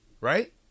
right